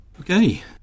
Okay